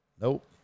Nope